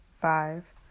five